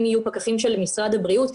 אם יהיו פקחים של משרד הבריאות,